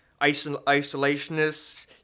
isolationists